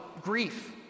grief